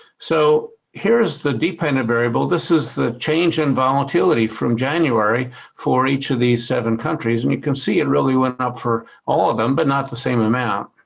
so here is the dependent variable, this is the change in volatility from january for each of these seven countries and you can see it really went up for all of them but not the same amount.